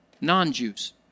non-Jews